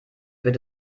wird